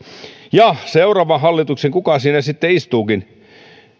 ja seuraavan hallituksen kuka siinä sitten istuukin